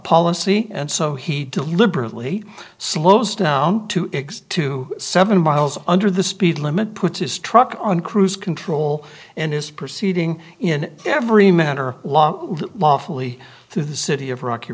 policy and so he deliberately slows down to two seven miles under the speed limit puts his truck on cruise control and is proceeding in every manner lawfully through the city of rocky